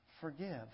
forgive